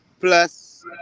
plus